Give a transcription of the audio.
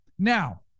Now